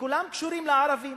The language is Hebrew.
וכולם קשורים לערבים